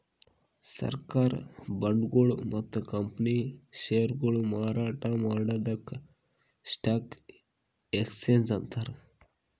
ಸರ್ಕಾರ್ ಬಾಂಡ್ಗೊಳು ಮತ್ತ್ ಕಂಪನಿ ಷೇರ್ಗೊಳು ಮಾರಾಟ್ ಮಾಡದಕ್ಕ್ ಸ್ಟಾಕ್ ಎಕ್ಸ್ಚೇಂಜ್ ಅಂತಾರ